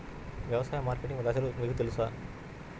వ్యవసాయ మార్కెటింగ్ దశలు మీకు తెలుసా?